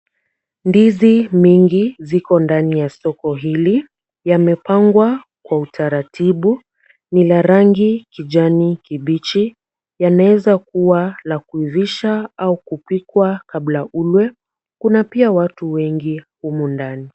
Ndizi mingi ziko ndani ya soko hili, yamepangwa kwa utaratibu, ni la rangi kijani kibichi, yanaeza kuwa la kuivishwa au kupikwa kabla ulwe. Kuna pia watu wengi humu ndani.